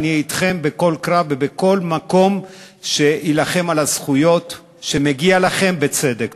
ואני אהיה אתכם בכל קרב ובכל מקום שיילחם על הזכויות שמגיעות לכם בצדק.